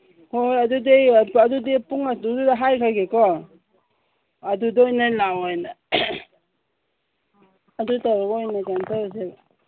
ꯍꯣꯏ ꯍꯣꯏ ꯑꯗꯨꯗꯤ ꯑꯩ ꯄꯨꯡ ꯑꯗꯨꯗ ꯍꯥꯏꯒ꯭ꯔꯒꯦꯀꯣ ꯑꯗꯨꯗ ꯑꯣꯏꯅ ꯂꯥꯛꯑꯣꯅ ꯑꯗꯨ ꯇꯧꯔꯒ ꯑꯣꯏꯅ ꯀꯩꯅꯣ ꯇꯧꯔꯁꯦꯕ